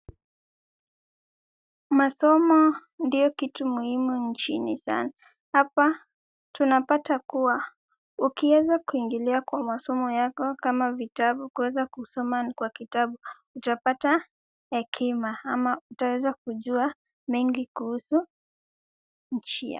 Masomo ndio kitu muhimu nchini sana. Hapa tunapata kuwa ukiweza kuingilia kwa masomo yako kama vitabu kuweza kusoma ni kwa kitabu, utapata hekima ama utaweza kujua mengi kuhusu njia.